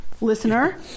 listener